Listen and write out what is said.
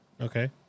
Okay